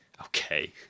Okay